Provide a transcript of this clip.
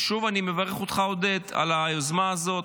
ושוב אני מברך אותך, עודד, על היוזמה הזאת.